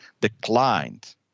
declined